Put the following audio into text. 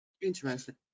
Interesting